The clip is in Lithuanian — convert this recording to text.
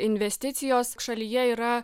investicijos šalyje yra